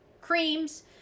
Creams